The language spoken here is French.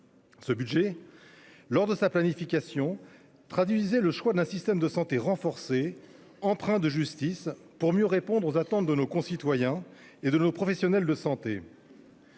Ce budget, lors de sa planification, traduisait le choix d'un système de santé renforcé et empreint de justice pour mieux répondre aux attentes de nos concitoyens et de nos professionnels de santé.